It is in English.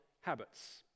habits